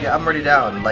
yeah i'm already down. like